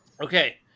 Okay